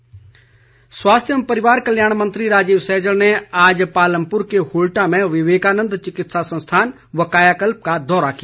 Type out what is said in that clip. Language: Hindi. स्वास्थ्य मंत्री स्वास्थ्य एवं परिवार कल्याण मंत्री राजीव सैजल ने आज पालमप्र के होल्टा में विवेकानंद चिकित्सा संस्थान व कायाकल्प का दौरा किया